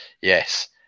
yes